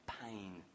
pain